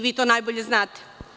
Vi to najbolje znate.